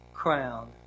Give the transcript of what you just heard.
crown